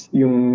yung